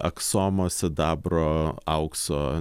aksomo sidabro aukso